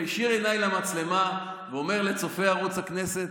מישיר עיניים למצלמה ואומר לצופי ערוץ הכנסת: